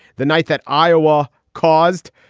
the night that iowa caused.